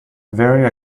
very